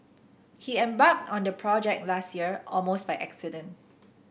he embarked on the project last year almost by accident